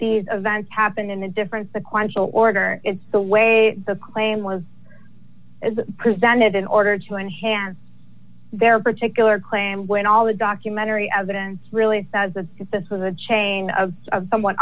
these events happened in a different the question order it's the way the claim was presented in order to enhance their particular claim when all the documentary evidence really says that this was a chain of some